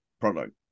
product